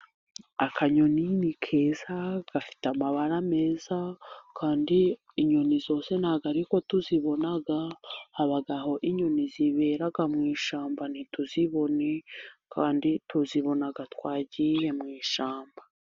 Akanyoni ni keza gafite amabara meza, kandi inyoni zose nta bwo ari ko tuzibona, habaho inyoni zibera mu ishyamba ntituzibone kandi tuzibona twagiye mu ishyamba.